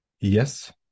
Yes